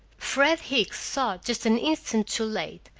fred hicks saw just an instant too late,